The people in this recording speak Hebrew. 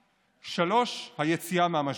3. היציאה מהמשבר.